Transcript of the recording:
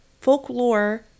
folklore